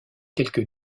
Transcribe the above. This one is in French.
quelques